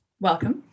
welcome